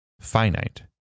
finite